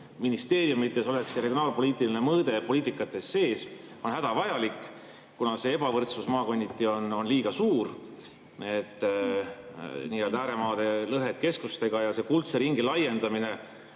ministeeriumides oleks regionaalpoliitiline mõõde poliitikates sees, on hädavajalik, kuna see ebavõrdsus maakonniti on liiga suur, nii-öelda ääremaade lõhed keskustega, ja see kuldse ringi laiendamine